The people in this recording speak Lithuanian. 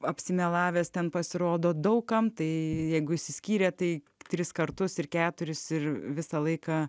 apsimelavęs ten pasirodo daug kam tai jeigu išsiskyrė tai tris kartus ir keturis ir visą laiką